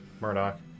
Murdoch